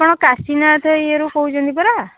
ହଁ କାଶୀନାଥ ୟେ ରୁ କହୁଛନ୍ତି ପରା